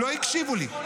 לא הקשיבו לי.